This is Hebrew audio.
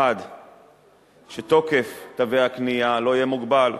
1. שתוקף תווי הקנייה לא יהיה מוגבל.